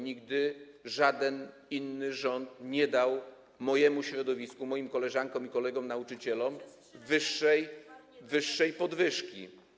Nigdy żaden inny rząd nie dał mojemu środowisku, moim koleżankom i kolegom nauczycielom większej podwyżki.